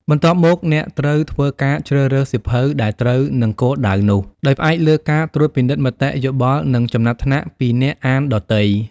បន្ទាប់មក អ្នកត្រូវធ្វើការជ្រើសរើសសៀវភៅដែលត្រូវនឹងគោលដៅនោះ ដោយផ្អែកលើការត្រួតពិនិត្យមតិយោបល់ និងចំណាត់ថ្នាក់ពីអ្នកអានដទៃ។